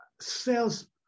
Sales